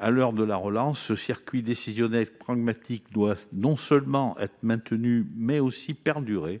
À l'heure de la relance, ce circuit décisionnel pragmatique doit non seulement être maintenu, mais aussi perdurer.